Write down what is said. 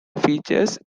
features